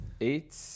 Eight